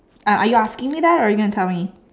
are are you asking me that or are you gonna tell me